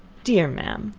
dear ma'am,